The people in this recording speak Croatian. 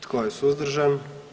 Tko je suzdržan?